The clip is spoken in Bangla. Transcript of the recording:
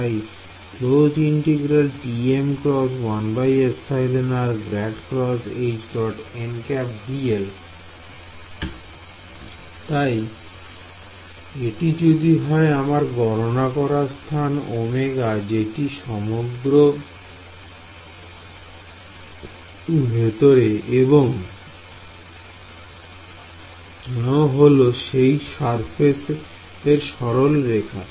তাই তাই এটি যদি হয় আমার গণনা করা স্থান Ω যেটি সমগ্র ভেতরে এবং Γ হল সেই সারফেস বা সরলরেখা